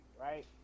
right